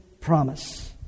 promise